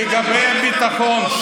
לגבי הביטחון,